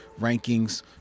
rankings